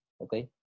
Okay